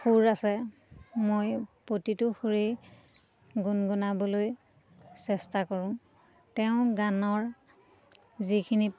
সুৰ আছে মই প্ৰতিটো সুৰেই গুণগুনাবলৈ চেষ্টা কৰোঁ তেওঁ গানৰ যিখিনি